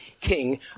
king